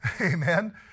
Amen